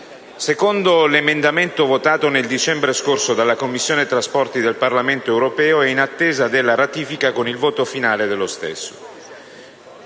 (secondo l'emendamento votato nel dicembre scorso dalla Commissione trasporti del Parlamento europeo e in attesa della ratifica con il voto finale dello stesso),